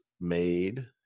made